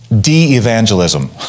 de-evangelism